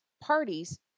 parties